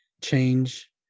change